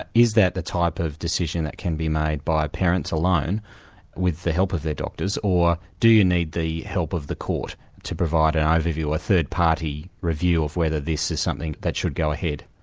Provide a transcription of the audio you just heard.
is that the type of decision that can be made by parents alone with the help of their doctors, or do you need the help of the court to provide an overview, a third party review of whether this is something that should go ahead?